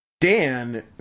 dan